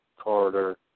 Carter